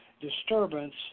disturbance